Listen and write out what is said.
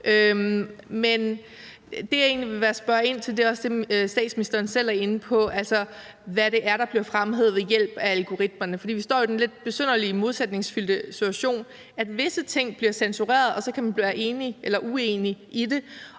Men det, jeg egentlig vil spørge ind til, er det, som statsministeren også selv er inde på, altså hvad det er, der bliver fremhævet ved hjælp af algoritmerne. For vi står jo i den lidt besynderlige modsætningsfyldte situation, at visse ting bliver censureret – og så kan man være enig eller uenig i det